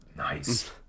Nice